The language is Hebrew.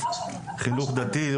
חינוך דתי,